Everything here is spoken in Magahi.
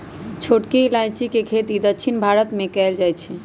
छोटकी इलाइजी के खेती दक्षिण भारत मे कएल जाए छै